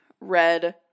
Red